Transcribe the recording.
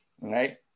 right